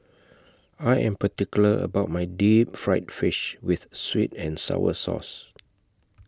I Am particular about My Deep Fried Fish with Sweet and Sour Sauce